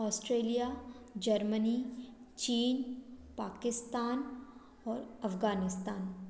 Australia Germany चीन पाकिस्तान और अफ़ग़ानिस्तान